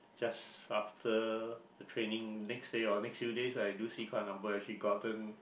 just after the training next day or next few days I do see quite a number actually gotten